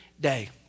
day